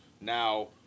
now